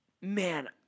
Man